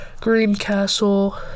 Greencastle